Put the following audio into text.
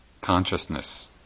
Consciousness